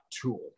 tool